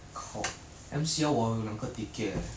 靠 M_C_L 我有两个 ticket eh